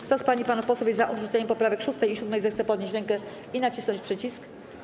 Kto z pań i panów posłów jest za odrzuceniem poprawek 6. i 7., zechce podnieść rękę i nacisnąć przycisk.